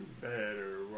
Better